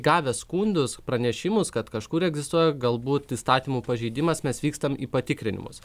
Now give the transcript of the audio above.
gavę skundus pranešimus kad kažkur egzistuoja galbūt įstatymų pažeidimas mes vykstam į patikrinimus